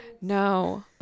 No